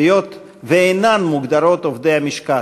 היות שאינם מוגדרים עובדי המשכן: